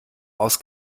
aus